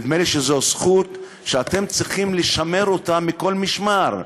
נדמה לי שזו זכות שאתם צריכים לשמר אותה מכל משמר,